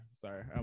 Sorry